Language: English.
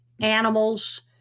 animals